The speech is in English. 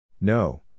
No